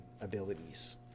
abilities